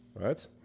right